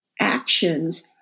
actions